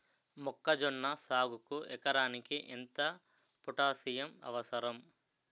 మొక్కజొన్న సాగుకు ఎకరానికి ఎంత పోటాస్సియం అవసరం?